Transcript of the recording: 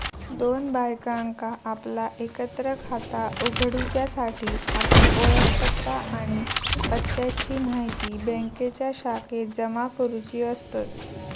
दोन बायकांका आपला एकत्र खाता उघडूच्यासाठी आपली ओळखपत्रा आणि पत्त्याची म्हायती बँकेच्या शाखेत जमा करुची असतत